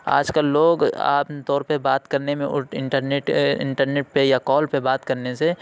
آج کل لوگ عام طور پہ بات کرنے میں انٹرنیٹ انٹرنیٹ پہ یا کال پہ بات کرنے سے